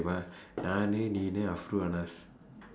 next time J_B போகலாம் யாரு தெரியுமா நானு நீ: afro anaz